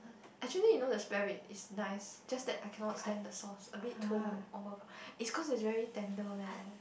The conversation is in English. actually you know the spare rib is nice just that I cannot stand the sauce a bit too over it's cause it's very tender leh